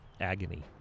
agony